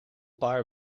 paar